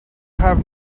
have